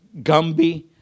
Gumby